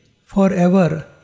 forever